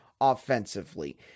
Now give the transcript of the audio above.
offensively